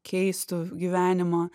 keistų gyvenimą